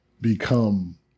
become